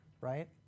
Right